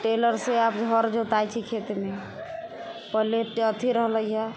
teller से अब हर जोताय छै खेतमे पहले अथी रहले हंँ